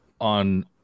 on